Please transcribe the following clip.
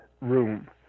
room